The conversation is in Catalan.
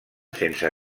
sense